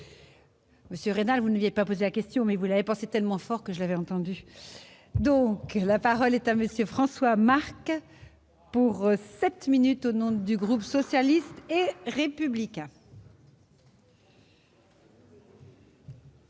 monsieur Rénald vous n'aviez pas posé la question mais vous l'avez pensé tellement fort que j'avais entendu donc la parole est à Monsieur François Marc, pour 7 minutes au nom du groupe socialiste et républicain.